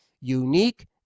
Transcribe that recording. unique